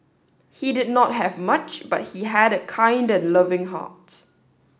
he did not have much but he had a kind and loving heart